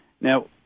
Now